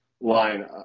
line